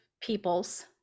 peoples